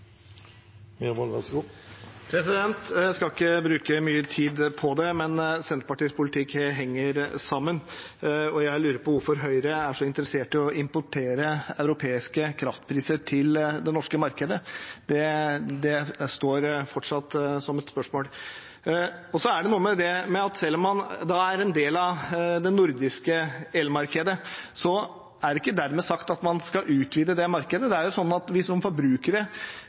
Jeg skal ikke bruke mye tid på det, men Senterpartiets politikk henger sammen, og jeg lurer på hvorfor Høyre er så interessert i å importere europeiske kraftpriser til det norske markedet. Det er fortsatt et spørsmål. Så er det noe med at selv om man er en del av det nordiske elmarkedet, er det ikke dermed sagt at man skal utvide det markedet. Vi som forbrukere er jo